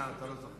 הא, אתה לא זוכר.